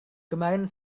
kemarin